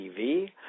TV